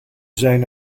zijn